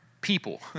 people